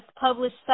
published